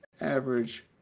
average